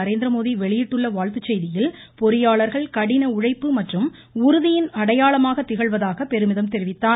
நரேந்திரமோடி வெளியிட்டுள்ள வாழ்த்துச் செய்தியில் பொறியாளர்கள் கடின உழைப்பு மற்றும் உறுதியின் அடையாளமாக கிகழ்வதாக பெருமிதம் தெரிவித்தார்